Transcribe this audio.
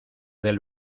del